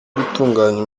gutunganya